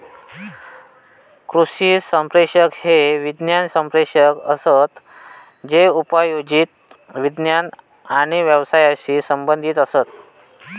कृषी संप्रेषक हे विज्ञान संप्रेषक असत जे उपयोजित विज्ञान आणि व्यवसायाशी संबंधीत असत